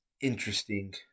interesting